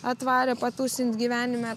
atvarė patusint gyvenime kas